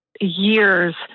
years